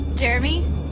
Jeremy